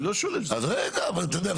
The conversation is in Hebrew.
אתה יודע,